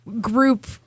group